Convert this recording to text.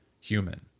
human